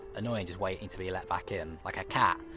annoying just waiting to be let back in, like a cat.